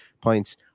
points